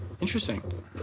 Interesting